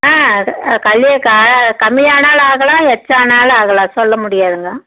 ஆ கல்லி கா கம்மியானாலும் ஆகலாம் எக்ஸ்சா ஆனாலும் ஆகலாம் சொல்ல முடியாதுங்க